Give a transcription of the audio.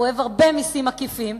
הוא אוהב הרבה מסים עקיפים,